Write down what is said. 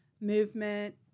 movement